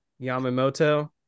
Yamamoto